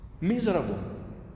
Miserable